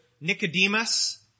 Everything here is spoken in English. Nicodemus